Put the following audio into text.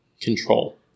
control